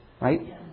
right